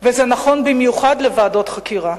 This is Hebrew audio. וזה נכון במיוחד לוועדות חקירה.